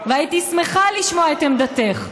והייתי שמחה לשמוע את עמדתך.